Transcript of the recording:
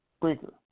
Breaker